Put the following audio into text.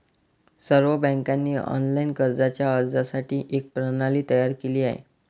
सर्व बँकांनी ऑनलाइन कर्जाच्या अर्जासाठी एक प्रणाली तयार केली आहे